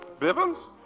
Bivens